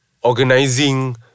Organizing